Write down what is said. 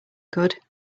could